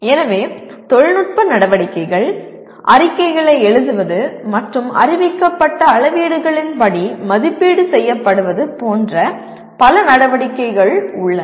எனவே தொழில்நுட்ப நடவடிக்கைகள் அறிக்கைகளை எழுதுவது மற்றும் அறிவிக்கப்பட்ட அளவீடுகளின்படி மதிப்பீடு செய்யப்படுவது போன்ற பல நடவடிக்கைகள் உள்ளன